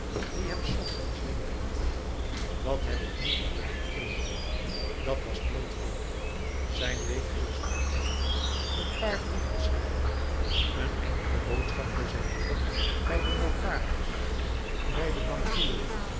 die hem s ochtends denken deed wat heb ik nu van daag te doen dat was nooit veel zijn wekelijksch artikel een paar brieven schrijven een enkele boodschap voor zijn moeder bij den notaris bij den bankier